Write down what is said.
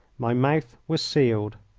my mouth was sealed.